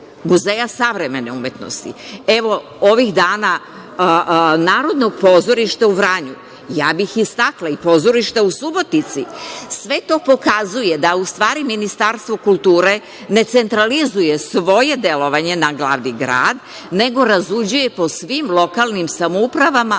Muzeja savremene umetnosti. Evo ovih dana Narodno pozorište u Vranju, ja bih istakla i pozorište u Subotici, sve to pokazuje da u stvari Ministarstvo kulture ne centralizuje svoje delovanje na glavni grad nego razređuje po svim lokalnim samoupravama